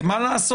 כי מה לעשות,